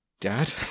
Dad